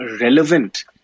relevant